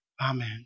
Amen